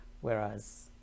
whereas